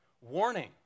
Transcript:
Warning